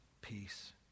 peace